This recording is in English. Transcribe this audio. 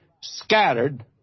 scattered